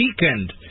weekend